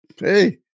hey